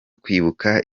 kwibuka